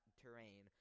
terrain